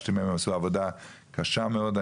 שביקשתי מהם, עשו עבודה קשה מאוד.